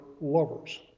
lovers